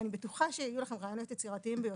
אני בטוחה שיהיו לכם רעיונות יצירתיים ביותר.